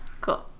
Cool